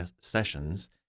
sessions